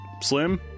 slim